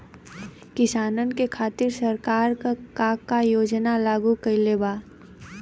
किसानन के खातिर सरकार का का योजना लागू कईले बा?